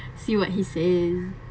see what he say